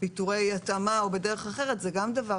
פיטורי התאמה או בדרך אחרת זה גם דבר